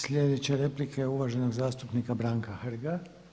Sljedeća replika je uvaženog zastupnika Branka Hrga.